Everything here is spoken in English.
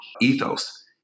ethos